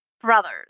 brothers